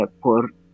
por